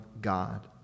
God